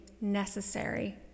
necessary